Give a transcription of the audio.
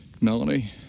Melanie